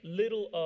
little